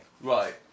Right